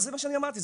זה מה שאני אמרתי.